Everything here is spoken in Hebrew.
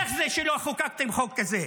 איך זה שלא חוקקתם חוק כזה?